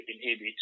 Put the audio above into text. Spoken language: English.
inhibit